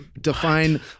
define